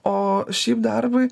o šiaip darbui